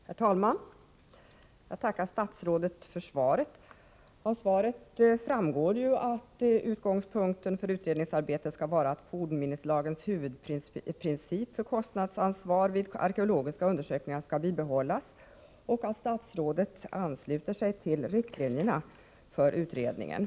Herr talman! Jag tackar statsrådet för svaret. Av detta framgår att utgångspunkten för utredningsarbetet skall vara att fornminneslagens huvudprincip för kostnadsansvar vid arkeologiska undersökningar skall bibehållas och att statsrådet ansluter sig till riktlinjerna för utredningen.